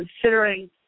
considering